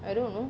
I don't know